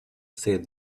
said